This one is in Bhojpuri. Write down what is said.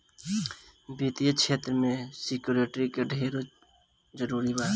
वित्तीय क्षेत्र में सिक्योरिटी के ढेरे जरूरी बा